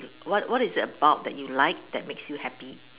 what is it about that you like that makes you happy